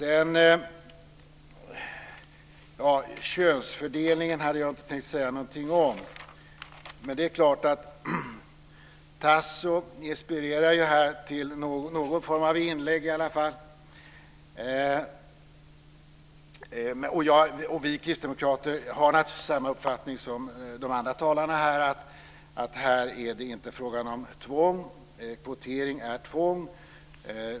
Jag hade inte tänkt säga någonting om könsfördelningen, men Tasso inspirerar till någon form av inlägg i alla fall. Vi kristdemokrater har naturligtvis samma uppfattning som de andra talarna här. Här är det inte fråga om tvång, och kvotering är tvång.